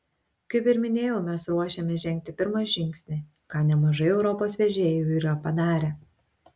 kaip ir minėjau mes ruošiamės žengti pirmą žingsnį ką nemažai europos vežėjų yra padarę